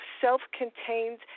self-contained